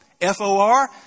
F-O-R